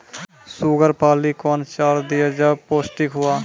Sugar पाली कौन चार दिय जब पोस्टिक हुआ?